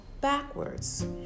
backwards